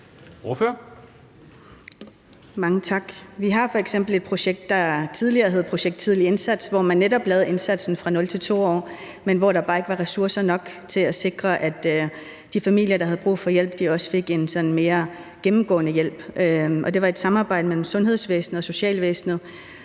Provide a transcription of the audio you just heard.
Mange tak. Vi har f.eks. tidligere haft et projekt, der hed »Tidlig Indsats«, hvor man netop lavede indsatsen fra 0-2 år, men hvor der bare ikke var ressourcer nok til at sikre, at de familier, der havde brug for hjælp, også fik en sådan mere gennemgående hjælp. Det var et samarbejde mellem sundhedsvæsenet og socialvæsenet,